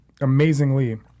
amazingly